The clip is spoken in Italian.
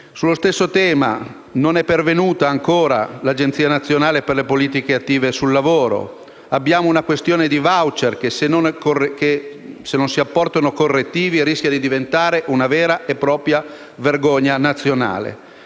Sullo stesso tema, non è pervenuta ancora l'Agenzia nazionale per le politiche attive del lavoro. Abbiamo poi la questione dei *voucher*, che rischia, se non si apportano correttivi, di diventare una vera e propria vergogna nazionale.